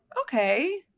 okay